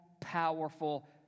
powerful